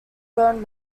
burn